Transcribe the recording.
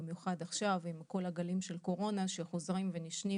במיוחד עכשיו עם כל הגלים של הקורונה שחוזרים ונשנים